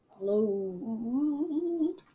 Load